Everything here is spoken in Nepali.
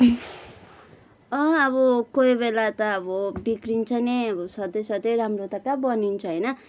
अँ अब कोही बेला त अब बिग्रिन्छ नि सधैँ सधैँ राम्रो त कहाँ बनिन्छ होइन